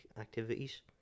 activities